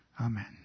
Amen